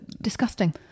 disgusting